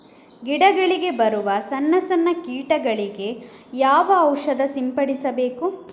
ಗಿಡಗಳಿಗೆ ಬರುವ ಸಣ್ಣ ಸಣ್ಣ ಕೀಟಗಳಿಗೆ ಯಾವ ಔಷಧ ಸಿಂಪಡಿಸಬೇಕು?